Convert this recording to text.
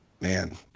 Man